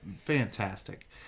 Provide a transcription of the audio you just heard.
fantastic